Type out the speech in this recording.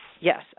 Yes